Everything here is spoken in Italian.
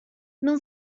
non